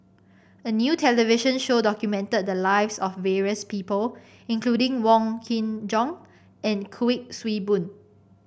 a new television show documented the lives of various people including Wong Kin Jong and Kuik Swee Boon